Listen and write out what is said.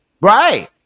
Right